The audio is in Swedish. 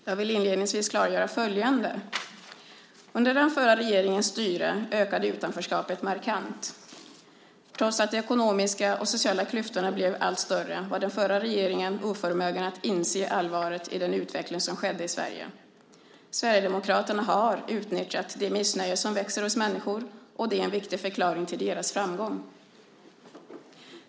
Jag vill inledningsvis klargöra följande: Under den förra regeringens styre ökade utanförskapet markant. Trots att de ekonomiska och sociala klyftorna blev allt större var den förra regeringen oförmögen att inse allvaret i den utveckling som skedde i Sverige. Sverigedemokraterna har utnyttjat det missnöje som växer hos människor, och det är en viktig förklaring till deras framgång.